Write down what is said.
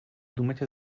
думать